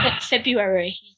February